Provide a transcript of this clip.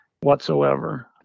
whatsoever